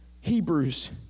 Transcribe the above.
Hebrews